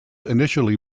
initially